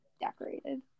decorated